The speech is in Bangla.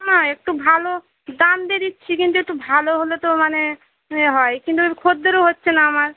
না একটু ভালো দাম দে দিচ্ছি কিন্তু একটু ভালো হলে তো মানে এ হয় কিন্তু খদ্দেরও হচ্ছে না আমার